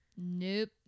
Nope